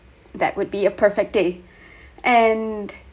that would be a perfect day and